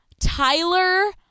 Tyler